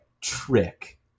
Trick